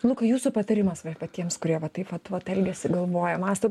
lukai jūsų patarimas vat va tiems kurie va taip vat vat elgiasi galvoja mąsto